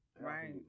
Right